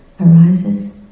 arises